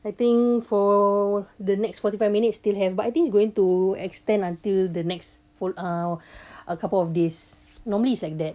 I think for the next forty five minutes still have but I think it's going to extend until the next full uh a couple of days normally it's like that